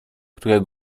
które